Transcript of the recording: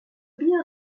bien